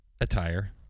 Attire